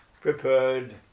prepared